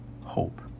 hope